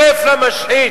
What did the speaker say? הרף למשחית.